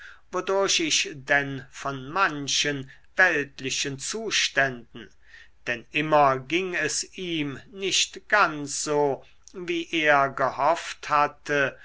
denn von manchen weltlichen zuständen denn immer ging es ihm nicht ganz so wie er gehofft hatte